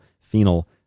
phenol